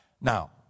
Now